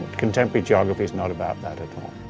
contemporary geography is not about that at all.